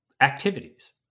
activities